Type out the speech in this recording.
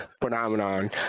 phenomenon